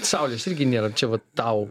saulės irgi nėra čia vat tau